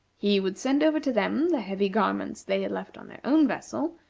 he would send over to them the heavy garments they had left on their own vessel,